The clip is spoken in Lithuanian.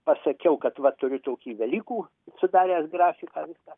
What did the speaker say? pasakiau kad va turiu tokį velykų sudaręs grafiką